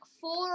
four